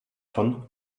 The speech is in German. von